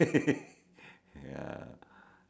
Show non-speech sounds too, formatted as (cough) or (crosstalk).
(laughs)